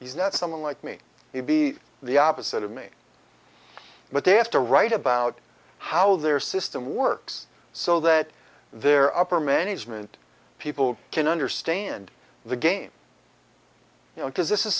he's not someone like me he'd be the opposite of me but they have to write about how their system works so that their upper management people can understand the game you know because this is